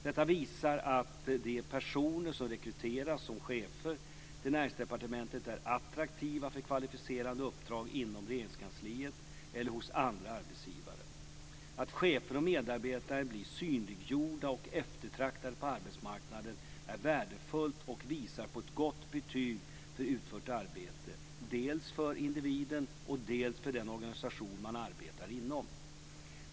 Detta visar att de personer som rekryterats som chefer till Näringsdepartementet är attraktiva för kvalificerade uppdrag inom Regeringskansliet eller hos andra arbetsgivare. Att chefer och medarbetare blir synliggjorda och eftertraktade på arbetsmarknaden är värdefullt och visar på ett gott betyg för utfört arbete, dels för individen, dels för den organisation man arbetar inom.